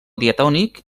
diatònic